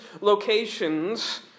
locations